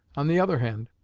on the other hand,